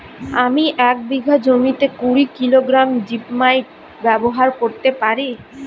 আমি এক বিঘা জমিতে কুড়ি কিলোগ্রাম জিপমাইট ব্যবহার করতে পারি?